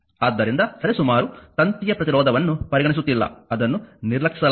ಆದ್ದರಿಂದ ಸರಿಸುಮಾರು ತಂತಿಯ ಪ್ರತಿರೋಧವನ್ನು ಪರಿಗಣಿಸುತ್ತಿಲ್ಲ ಅದನ್ನು ನಿರ್ಲಕ್ಷಿಸಲಾಗಿದೆ